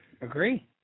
Agree